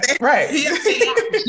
Right